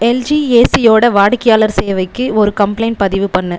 LG ஏசியோடய வாடிக்கையாளர் சேவைக்கு ஒரு கம்ப்ளைண்ட் பதிவு பண்ணு